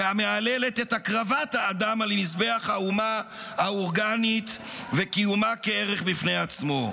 והמהללת את הקרבת האדם על מזבח האומה האורגנית וקיומה כערך בפני עצמו.